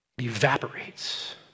evaporates